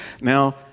Now